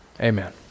Amen